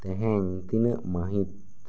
ᱛᱮᱦᱮᱧ ᱛᱤᱱᱟᱹᱜ ᱢᱟᱹᱦᱤᱛ